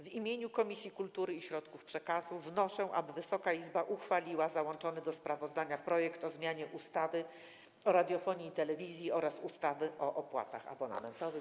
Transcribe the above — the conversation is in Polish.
W imieniu Komisji Kultury i Środków Przekazu wnoszę, aby Wysoka Izba uchwaliła załączony do sprawozdania projekt o zmianie ustawy o radiofonii i telewizji oraz ustawy o opłatach abonamentowych.